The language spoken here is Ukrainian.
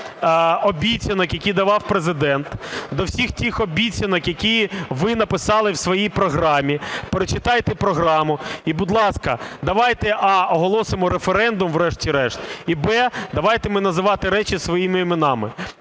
до всіх тих обіцянок, які давав Президент, до всіх тих обіцянок, які ви написали в своїй програмі. Прочитайте програму і, будь ласка, давайте: а) оголосимо референдум, врешті-решт; і б) давайте ми називати речі своїми іменами,